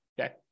Okay